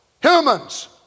Humans